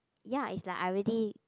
ya it's like I already